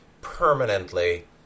permanently